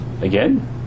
Again